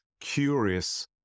curious